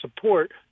support